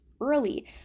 early